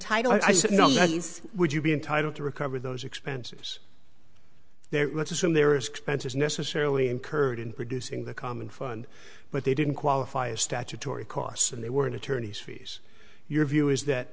yes would you be entitled to recover those expenses there let's assume there is expenses necessarily incurred in producing the common fund but they didn't qualify as statutory costs and they weren't attorney's fees your view is that